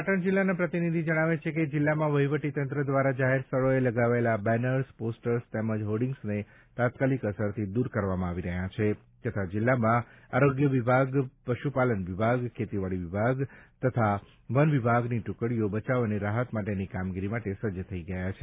પાટણ જિલ્લાના પ્રતિનિધિ જણાવે છે કે જિલ્લામાં વહીવટીતંત્ર દ્વારા જાહેર સ્થળોએ લગાવેયાલા બેનર્સ પોસ્ટર્સ તેમજ હોર્ડીગ્સને તાત્કાલિક અસરથી દૂર કરવામાં આવી રહ્યા છે તથા જિલ્લામાં આરોગ્ય વિભાગ પશુપાલન વિભાગ ખેતીવાડી વિભાગ આ વન વિભાગની ટૂકડીઓ બચાવ અને રાહત માટેની કામગીરી માટે સજ્જ થઈ ગયા છે